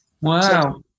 Wow